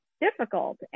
difficult